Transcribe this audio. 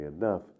enough